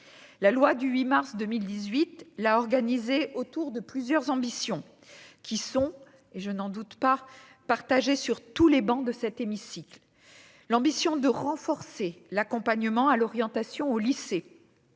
la loi du 8 mars 2018 la organisé autour de plusieurs ambitions qui sont, et je n'en doute pas partagé sur tous les bancs de cet hémicycle, l'ambition de renforcer l'accompagnement à l'orientation au lycée